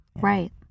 Right